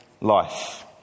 life